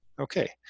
Okay